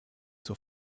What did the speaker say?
zur